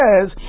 says